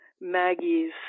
Maggie's